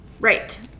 Right